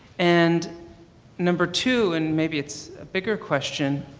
and number two, and maybe it's a bigger question.